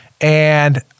And-